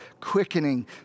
quickening